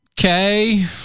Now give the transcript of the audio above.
Okay